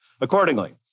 Accordingly